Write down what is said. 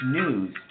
news